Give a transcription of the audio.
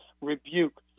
rebuke